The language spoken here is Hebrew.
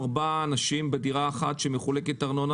ארבעה אנשים בדירה אחת שמחולקת ארנונה